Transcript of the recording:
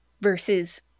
versus